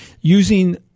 using